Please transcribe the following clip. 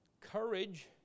Courage